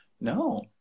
No